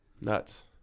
Nuts